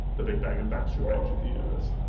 the big bang, and that's your age of the universe.